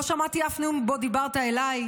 לא שמעתי אף נאום שבו דיברת אליי,